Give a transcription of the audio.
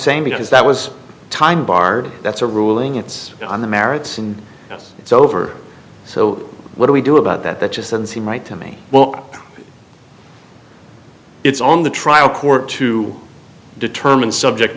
saying because that was a time bar that's a ruling it's on the merits and that's it's over so what do we do about that that just doesn't seem right to me well it's on the trial court to determine subject